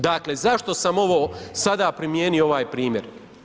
Dakle, zašto sam ovo sada primijenio ovaj primjer?